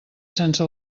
sense